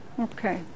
okay